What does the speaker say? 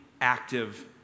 active